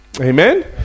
Amen